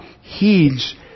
heeds